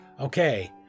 Okay